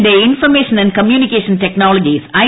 ന്റെ information and communication technologies I